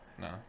No